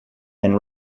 and